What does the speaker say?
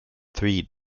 three